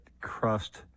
crust